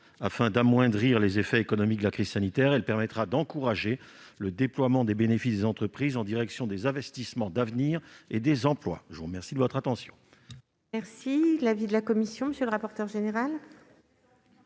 afin d'amoindrir les effets économiques de la crise sanitaire, une telle taxe permettrait d'encourager le déploiement des bénéfices des entreprises en direction des investissements d'avenir et des emplois. Quel est l'avis de la commission